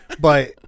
But-